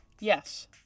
yes